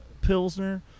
Pilsner